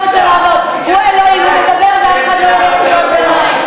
הוא רוצה לדבר ושאף אחד לא יקרא קריאות ביניים.